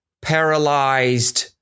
paralyzed